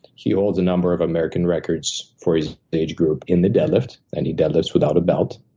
he ah holds a number of american records for his age group in the deadlift, and he deadlifts without a belt.